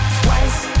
twice